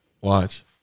Watch